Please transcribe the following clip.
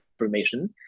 information